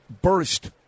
burst